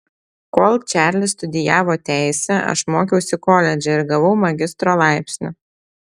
kol čarlis studijavo teisę aš mokiausi koledže ir gavau magistro laipsnį